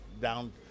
down